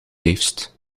liefst